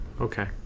Okay